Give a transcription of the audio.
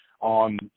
on